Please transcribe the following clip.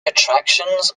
attractions